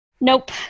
Nope